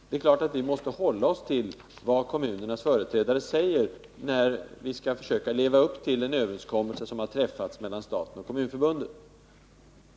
Det är klart att vi måste hålla oss till vad kommunernas företrädare säger när vi skall försöka leva upp till en överenskommelse som har träffats mellan staten och Kommunförbundet.